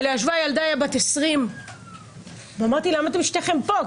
ולידה ישבה ילדה בת 20. אמרתי: למה אתן שתיכן פה?